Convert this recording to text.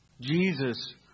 Jesus